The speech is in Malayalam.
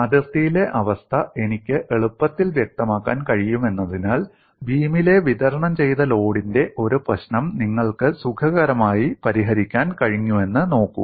അതിർത്തിയിലെ അവസ്ഥ എനിക്ക് എളുപ്പത്തിൽ വ്യക്തമാക്കാൻ കഴിയുമെന്നതിനാൽ ബീമിലെ വിതരണം ചെയ്ത ലോഡിന്റെ ഒരു പ്രശ്നം നിങ്ങൾക്ക് സുഖകരമായി പരിഹരിക്കാൻ കഴിഞ്ഞുവെന്ന് നോക്കൂ